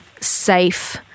safe